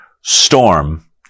Storm